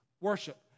Worship